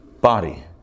Body